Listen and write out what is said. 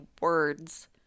words